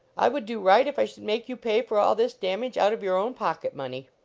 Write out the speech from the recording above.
i would do right if i should make you pay for all this damage out of your own pocket-money.